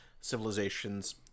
civilizations